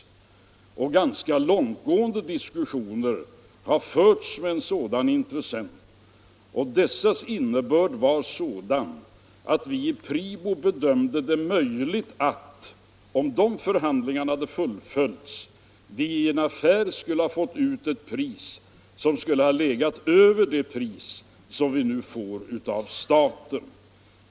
Vidare säger han att ganska långt gående diskussioner har förts = Förvärv av aktier i med en sådan intressent och innebörden av dem var sådan, att PRIBO = AB Pripps Bryggeribedömde det möjligt att, om dessa förhandlingar hade fullföjts, företaget er i en affär skulle ha fått ut ett pris som nominellt skulle ha legat över det pris som företaget nu får av staten.